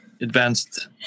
advanced